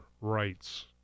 rights